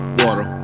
water